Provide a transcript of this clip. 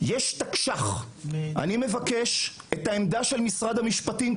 אני מבקש את העמדה של משרד המשפטים,